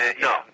No